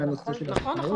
נכון.